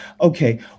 Okay